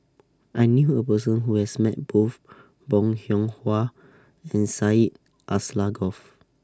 I knew A Person Who has Met Both Bong Hiong Hwa and Syed Alsagoff